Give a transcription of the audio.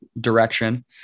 direction